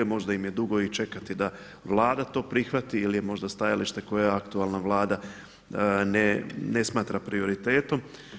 Možda im je dugo i čekati da Vlada to prihvati ili je možda stajalište koje aktualna Vlada ne smatra prioritetom.